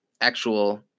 actual